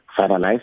finalized